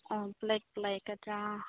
ꯑꯣ ꯕ꯭ꯂꯦꯛ ꯂꯩꯒꯗ꯭ꯔꯥ